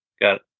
Got